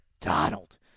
Donald